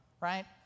right